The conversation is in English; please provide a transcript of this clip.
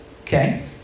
Okay